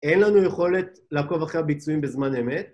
אין לנו יכולת לעקוב אחרי הביצועים בזמן אמת.